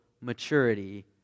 maturity